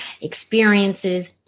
experiences